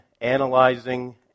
analyzing